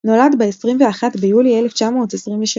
נולד ב-21 ביולי 1923,